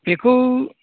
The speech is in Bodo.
बेखौ